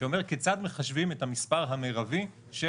שאומר כיצד מחשבים את המספר המרבי של